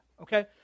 okay